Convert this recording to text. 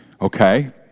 Okay